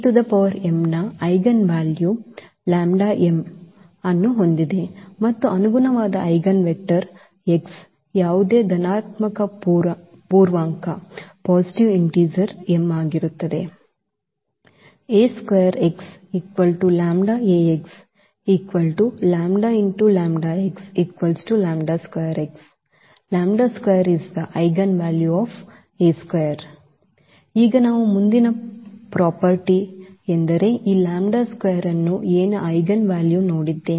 • ನ eigenvalue ಅನ್ನು ಹೊಂದಿದೆ ಮತ್ತು ಅನುಗುಣವಾದ ಐಜೆನ್ವೆಕ್ಟರ್ x ಯಾವುದೇ ಧನಾತ್ಮಕ ಪೂರ್ಣಾಂಕ m is eigenvalue of ಈಗ ನಾವು ಮುಂದಿನ ಪ್ರಾಪರ್ಟಿ ಯೆಂದರೆ ಈ ಲಾಂಬ್ಡಾ ಸ್ಕ್ವೇರ್ ಅನ್ನು Aನ ಐಗನ್ ವ್ಯಾಲ್ಯೂ ನೋಡಿದ್ದೇವೆ